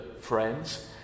friends